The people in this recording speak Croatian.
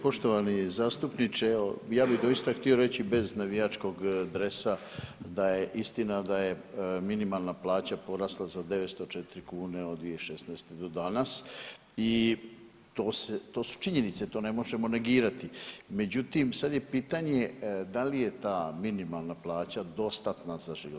Poštovani zastupniče, evo ja bi doista htio reći bez navijačkog dresa, da je istina da je minimalna plaća porasla za 904 kune od 2016. do danas i to su činjenice, to ne možemo negirati, međutim sad je pitanje da li je ta minimalna plaća dostatna za život.